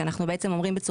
במטרה